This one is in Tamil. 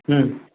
ம்